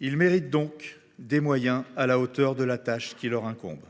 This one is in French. Ils méritent donc des moyens à la hauteur de la tâche qui leur incombe.